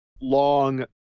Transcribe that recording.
long